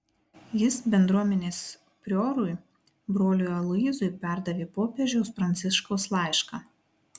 jis bendruomenės priorui broliui aloyzui perdavė popiežiaus pranciškaus laišką